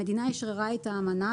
המדינה אשררה את האמנה,